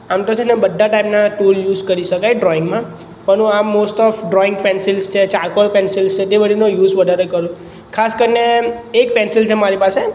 આમ તો જોકે છે ને બધા ટાઈપનાં ટુલ યુસ કરી શકાય ડ્રોઈંગમાં પણ હું આમ મોસ્ટ ઓફ ડ્રોઈંગ પેન્સિલ્સ છે ચારકોલ પેન્સિલસ છે તે બધાનો યુસ વધારે કરું ખાસ કરીને એક પેન્સિલ છે મારી પાસે